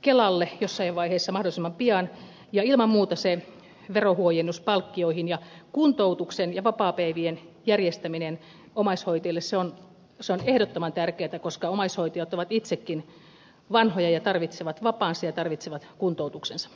kelalle jossain vaiheessa mahdollisimman pian ja ilman muuta se verohuojennus palkkioihin ja kuntoutuksen ja vapaapäivien järjestäminen omaishoitajille on ehdottoman tärkeätä koska omaishoitajat ovat itsekin vanhoja ja tarvitsevat vapaansa ja tarvitsevat kuntoutuksensa